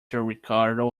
ricardo